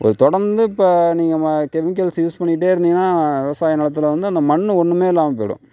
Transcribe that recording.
தொடர்ந்து இப்போ நீங்கள் கெமிக்கல்ஸ் யூஸ் பண்ணிகிட்டே இருந்திங்ன்னா விவசாய நிலத்தில் வந்து அந்த மண் ஒன்றுமே இல்லாமல் போய்டும்